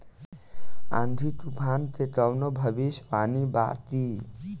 आँधी तूफान के कवनों भविष्य वानी बा की?